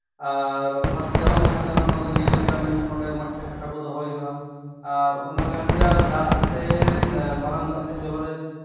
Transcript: ᱟᱨ ᱚᱱᱟ ᱥᱮᱭᱟᱞᱚᱢ ᱡᱟᱦᱟᱸ ᱛᱟᱦᱮᱱᱟ ᱚᱱᱟ ᱫᱚ ᱧᱞ ᱦᱩᱭᱩᱜᱼᱟ ᱢᱮᱱᱠᱷᱟᱱ ᱚᱸᱰᱮ ᱢᱚᱡᱽ ᱛᱮ ᱠᱟᱴᱟ ᱠᱚ ᱫᱚᱦᱚᱭ ᱦᱩᱭᱩᱜᱼᱟ ᱟᱨ ᱚᱱᱟ ᱠᱟᱱ ᱜᱮᱭᱟ ᱫᱟᱜ ᱥᱮ ᱢᱟᱨᱟᱝ ᱫᱟᱜ ᱥᱮᱡ ᱡᱷᱚᱞᱟ ᱨᱮ